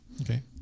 Okay